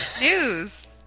News